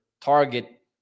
target